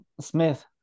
Smith